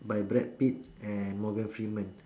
by brad-pitt and morgan-freeman